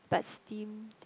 but steamed